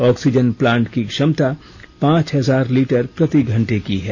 oxygen plant की क्षमता पांच हजार लीटर प्रति घंटे की है